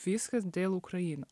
viskas dėl ukraina